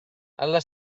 alla